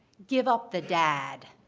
give up the dad,